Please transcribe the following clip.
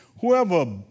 Whoever